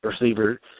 receiver